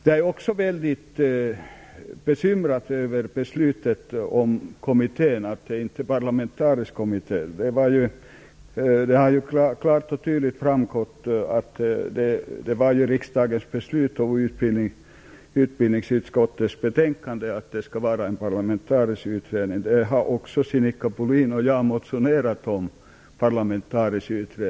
Jag är också mycket bekymrad över beslutet om kommittén - att kommittén inte skall vara parlamentarisk. Det har klart och tydligt framgått av riksdagens beslut och utbildningsutskottets betänkande att en parlamentarisk utredning avsågs. Det har också Sinikka Bohlin och jag motionerat om.